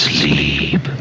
Sleep